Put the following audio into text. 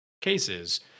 cases